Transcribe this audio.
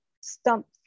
stumps